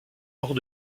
hors